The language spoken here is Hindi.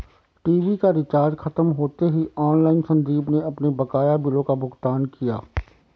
टीवी का रिचार्ज खत्म होते ही ऑनलाइन संदीप ने अपने बकाया बिलों का भुगतान किया